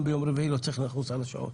גם ביום רביעי לא צריכים לחוס על השעות.